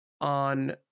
on